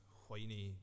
whiny